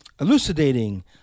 elucidating